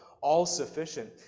all-sufficient